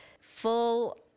full